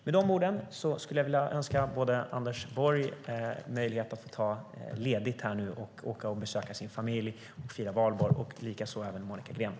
Med dessa ord skulle jag vilja önska Anders Borg möjlighet att ta ledigt och åka och besöka sin familj för att fira valborg, och likaså Monica Green.